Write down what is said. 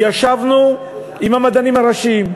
ישבנו עם המדענים הראשיים,